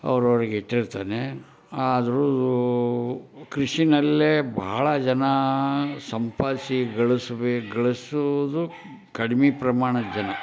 ಅವ್ರು ಅವರಿಗೆ ಇಟ್ಟಿರ್ತಾನೆ ಆದರೂ ಕೃಷಿಯಲ್ಲೇ ಬಹಳ ಜನ ಸಂಪಾದಿಸಿ ಗಳಿಸ್ಬೇ ಗಳಿಸೋದು ಕಡಿಮೆ ಪ್ರಮಾಣದ ಜನ